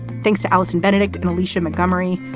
thanks to allison benedikt and alicia montgomery.